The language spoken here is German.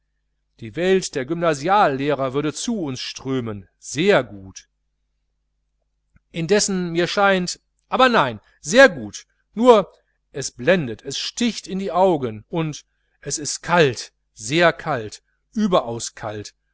die welt der gymnasiallehrer würde zu uns strömen sehr gut indessen mir scheint aber nein sehr gut nur es blendet es sticht in die augen und es ist kalt sehr kalt überaus kalt